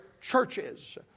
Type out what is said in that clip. churches